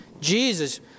Jesus